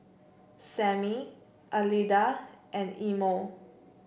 Sammy Alida and Imo